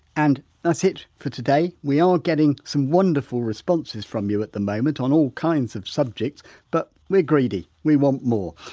and that's it for today. we are getting some wonderful responses from you at the moment on all kinds of subjects but we're greedy, we want more.